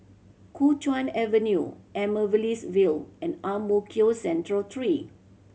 Kuo Chuan Avenue Amaryllis Ville and Ang Mo Kio Central Three